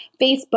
Facebook